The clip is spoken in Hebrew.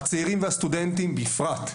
הצעירים והסטודנטים בפרט,